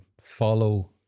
follow